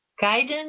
Guidance